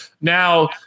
Now